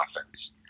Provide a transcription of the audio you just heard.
offense